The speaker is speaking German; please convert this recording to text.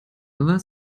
war